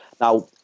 Now